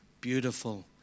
beautiful